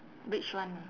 rich one ah